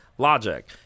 logic